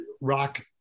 rock